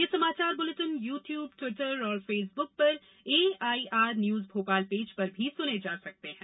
ये समाचार bulletin YouTube Twitter और फेसबुक पर एआईआर न्यूज भोपाल पेज पर सुने जा सकते हैं